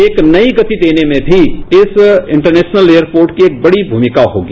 एक नई गति देने में भी इस इटरनेशनल एयरपोर्ट की बड़ी भूमिका होगी